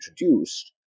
introduced